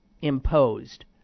imposed